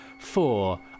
Four